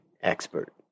expert